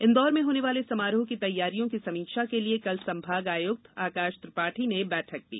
इंदौर में होने वाले समारोह की तैयारियों की समीक्षा के लिए कल संभाग आयुक्त आकाश त्रिपाठी ने बैठक ली